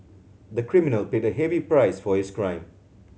the criminal paid a heavy price for his crime